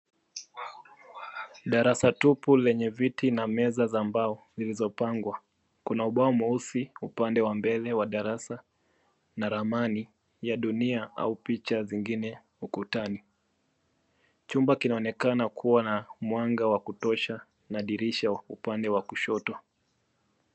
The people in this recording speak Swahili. Darasa tupu lenye viti na meza za mbao zilizopangwa. Kuna ubao mweusi upande wa mbele wa darasa na ramani ya dunia au picha zingine ukutani. Chumba kinaonekana kuwa na mwanga wa kutosha na dirisha upande wa kushoto.